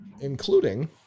including